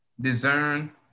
discern